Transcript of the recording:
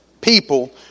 people